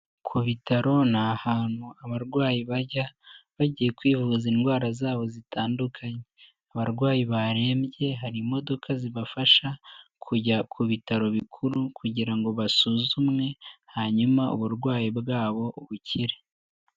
Ku bitaro ni ahantu abarwayi bajya bagiye kwivuza indwara zabo zitandukanye, abarwayi barembye hari imodoka zibafasha kujya ku bitaro bikuru kugira ngo basuzumwe hanyuma uburwayi bwabo bukire.